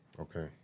Okay